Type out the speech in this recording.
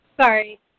Sorry